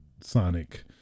sonic